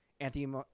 Anthony